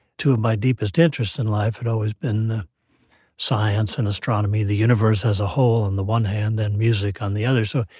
two of my deepest interests in life had always been science and astronomy, the universe as a whole on the one hand and music on the other. so,